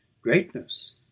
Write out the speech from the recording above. greatness